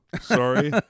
sorry